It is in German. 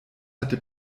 hatte